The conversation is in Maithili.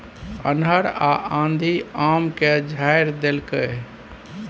अन्हर आ आंधी आम के झाईर देलकैय?